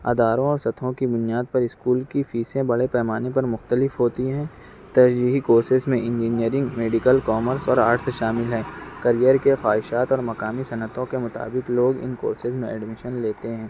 اداروں اور سطحوں کی بنیاد پر اسکول کی فیسیں بڑے پیمانے پر مختلف ہوتی ہیں تہذیبی کورسز میں انجینئرنگ میڈیکل کامرس اور آرٹس شامل ہیں کریئر کے خواہشات اور مقامی صنعتوں کے مطابق لوگ ان کورسز میں ایڈمیشن لیتے ہیں